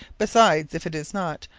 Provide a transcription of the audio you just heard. besides, if it is not,